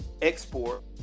Export